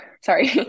sorry